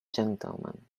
gentlemen